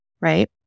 right